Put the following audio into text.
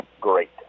great